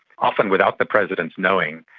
often without the president knowing,